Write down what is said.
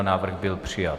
Návrh byl přijat.